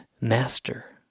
Master